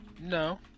No